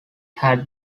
had